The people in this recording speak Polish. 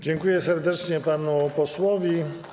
Dziękuję serdecznie panu posłowi.